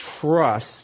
trust